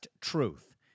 Truth